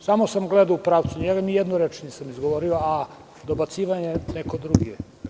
Samo sam gledao u pravcu njega i ni jednu reč nisam izgovorio, a dobacivao je neko drugi.